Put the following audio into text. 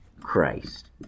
Christ